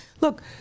Look